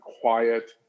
quiet